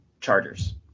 Chargers